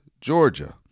georgia